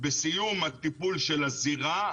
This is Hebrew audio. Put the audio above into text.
בסיום הטיפול של הזירה,